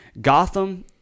Gotham